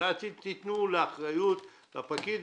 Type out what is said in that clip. לדעתי תתנו אחריות על הפקיד,